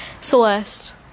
Celeste